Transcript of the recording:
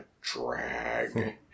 drag